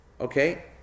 Okay